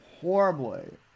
horribly